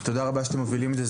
תודה רבה שאתם מובילים את זה.